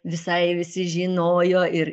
visai visi žinojo ir